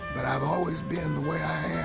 but i've always been the way i